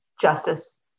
justice